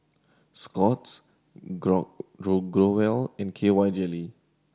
Scott's Grow Grow Growell and K Y Jelly